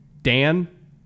Dan